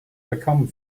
become